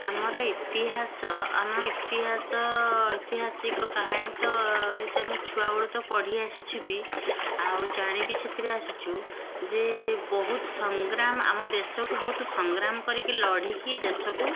ଆମର ଇତିହାସ ଆମ ଇତିହାସ ଐତିହାସିକ କାହାଣୀ ତ ଏଇଚ ଆମେ ଛୁଆ ବେଳୁ ତ ପଢ଼ିଆସିଛୁ ବି ଆଉ ଜାଣିବି ସେଥିରେ ଆସିଛୁ ଯେ ବହୁତ ସଂଗ୍ରାମ ଆମ ଦେଶକୁ ବହୁତ ସଂଗ୍ରାମ କରିକି ଲଢ଼ିକି ଦେଶକୁ